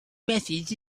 methods